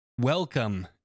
welcome